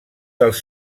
dels